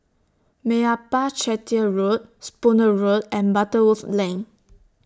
Meyappa Chettiar Road Spooner Road and Butterworth Lane